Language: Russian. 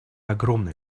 огромный